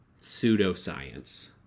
pseudoscience